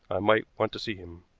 i might want to see him.